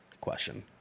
question